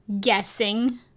guessing